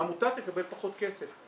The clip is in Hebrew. העמותה תקבל פחות כסף.